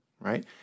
right